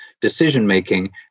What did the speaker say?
decision-making